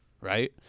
right